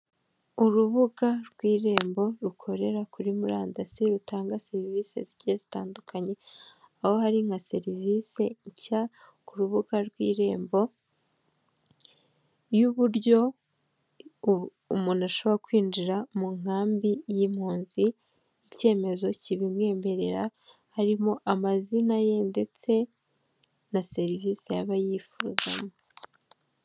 Urubuga rw'irembo rukorera kuri murandasi rutanga serivise zigiye zitandukanye, aho hari nka serivise nshya ku rubuga rw'irembo y'uburyo umuntu ashobora kwinjira mu nkambi y'impunzi, icyemezo kibimwemerera harimo amazina ye ndetse na serivise yaba yifuzamo.